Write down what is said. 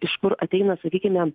iš kur ateina sakykime